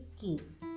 keys